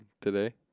today